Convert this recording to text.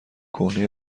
کهنه